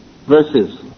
Verses